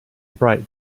bright